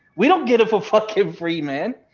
we don't get it for fucking free man,